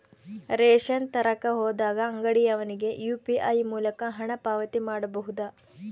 Ration ತರಕ ಹೋದಾಗ ಅಂಗಡಿಯವನಿಗೆ ಯು.ಪಿ.ಐ ಮೂಲಕ ಹಣ ಪಾವತಿ ಮಾಡಬಹುದಾ?